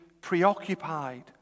preoccupied